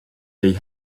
they